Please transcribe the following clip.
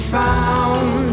found